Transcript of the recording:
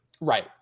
Right